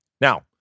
Now